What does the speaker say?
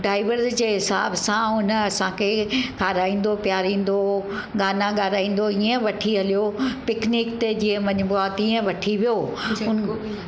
driver जे हिसाब सां उन असांखे खराइंदो पिआरंदो गाना ॻाराइंदो ईअं वठी हलियो पिकनिक ते जीअं वञिबो आहे तीअं वठी वियो झटको बि